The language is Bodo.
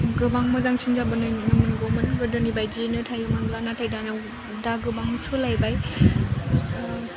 गोबां मोजांसिन जाबोनाय नुनो मोनगौमोन गोदोनि बायदियैनो थायोमोनब्ला नाथाय दानियाव दा गोबां सोलायबाय